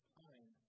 time